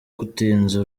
gutinza